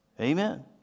amen